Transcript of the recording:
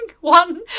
one